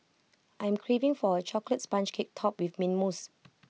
I am craving for A Chocolate Sponge Cake Topped with Mint Mousse